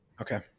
okay